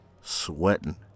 sweating